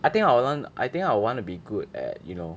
I think I will learn I think I will wanna be good at you know